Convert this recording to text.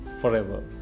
forever